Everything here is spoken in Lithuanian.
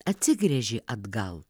atsigręži atgal